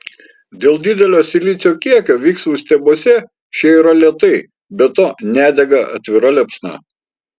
dėl didelio silicio kiekio viksvų stiebuose šie yra lėtai be to nedega atvira liepsna